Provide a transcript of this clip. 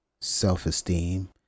self-esteem